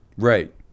Right